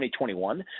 2021